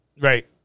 Right